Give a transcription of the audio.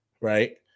Right